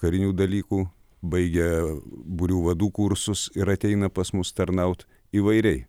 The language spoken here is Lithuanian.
karinių dalykų baigia būrių vadų kursus ir ateina pas mus tarnaut įvairiai